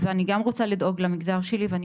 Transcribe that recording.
ואני גם רוצה לדאוג למגזר שלי ואני